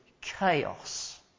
chaos